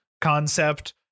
concept